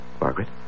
Margaret